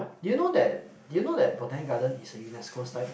did you know that did you know that Botanic-Garden is a Unesco site